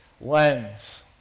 lens